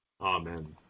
Amen